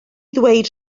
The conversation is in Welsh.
ddweud